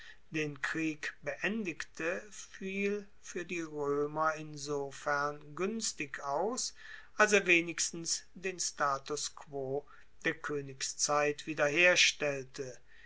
den krieg beendigte fiel fuer die roemer insofern guenstig aus als er wenigstens den status quo der koenigszeit